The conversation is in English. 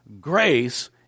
grace